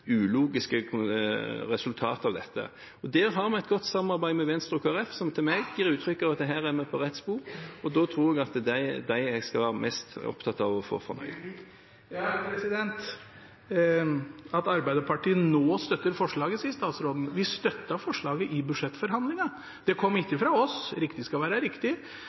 ulogiske resultater av dette. Der har vi et godt samarbeid med Venstre og Kristelig Folkeparti, som til meg gir uttrykk for at her er vi på rett spor, og da tror jeg at det er dem jeg skal være mest opptatt av for å få det til. Statsråden sier at Arbeiderpartiet nå støtter forslaget. Vi støttet forslaget i budsjettforhandlingen. Det kom ikke fra oss, riktig skal være riktig.